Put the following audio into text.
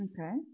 Okay